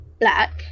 black